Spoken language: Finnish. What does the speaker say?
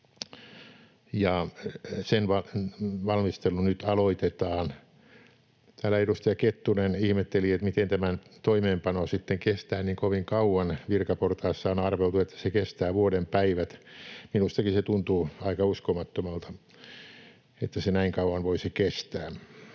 sen valmistelu nyt aloitetaan. Täällä edustaja Kettunen ihmetteli, miten tämän toimeenpano sitten kestää niin kovin kauan — virkaportaissa on arveltu, että se kestää vuoden päivät. Minustakin se tuntuu aika uskomattomalta, että se näin kauan voisi kestää.